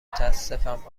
متاسفم